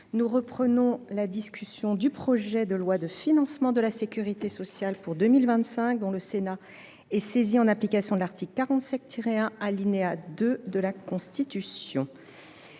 associés ; Suite du projet de loi de financement de la sécurité sociale pour 2025, dont le Sénat est saisi en application de l’article 47 1, alinéa 2, de la Constitution